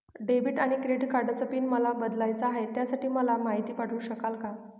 Debit आणि credit कार्डचा PIN मला बदलायचा आहे, त्यासाठी मला माहिती पाठवू शकाल का?